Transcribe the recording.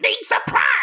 Surprise